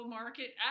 market